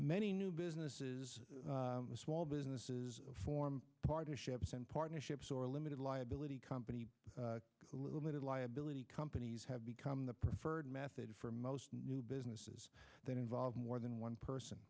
many new business all businesses form partnerships and partnerships or limited liability company limited liability companies have become the preferred method for most new businesses that involve more than one person